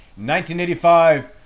1985